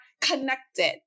connected